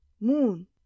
Moon